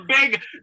big